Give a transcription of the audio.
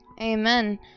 Amen